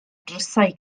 drysau